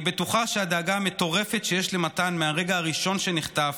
אני בטוחה שהדאגה המטורפת שיש למתן מהרגע הראשון שנחטף